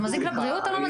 זה מזיק לבריאות או לא?